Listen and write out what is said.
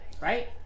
right